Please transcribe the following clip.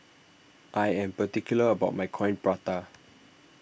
I am particular about my Coin Prata